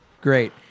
Great